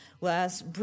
last